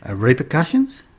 ah repercussions,